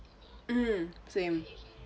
mm same